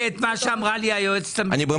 אני קיבלתי את מה שאמרה לי היועצת המשפטית --- באמת,